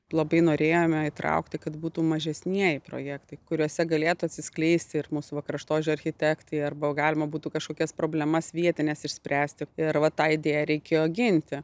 labai norėjome įtraukti kad būtų mažesnieji projektai kuriuose galėtų atsiskleisti ir mūsų kraštovaizdžio architektai arba galima būtų kažkokias problemas vietines išspręsti ir va tai deja reikėjo ginti